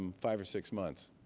um five or six months.